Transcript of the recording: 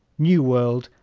nuworld,